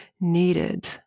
needed